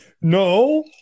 No